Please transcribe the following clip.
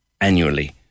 annually